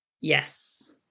Yes